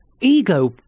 ego